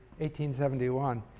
1871